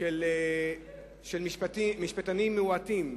של משפטנים מועטים,